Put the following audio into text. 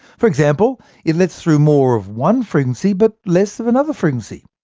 for example, it lets through more of one frequency, but less of another frequency.